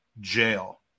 jail